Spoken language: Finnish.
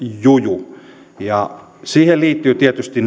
juju siihen liittyvät tietysti